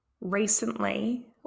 recently